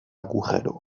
agujero